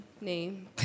name